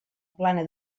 plana